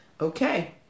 okay